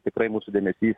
tikrai mūsų dėmesys